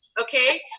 Okay